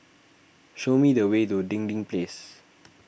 show me the way to Dinding Place